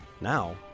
Now